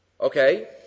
Okay